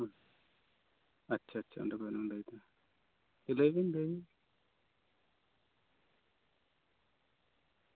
ᱟᱪᱪᱷᱟ ᱟᱪᱪᱷᱟ ᱚᱸᱰᱮ ᱠᱷᱚᱡ ᱮᱢ ᱞᱟᱹᱭᱮᱫᱟ ᱞᱟᱹᱭᱵᱮᱱ ᱞᱟᱹᱭᱵᱮᱱ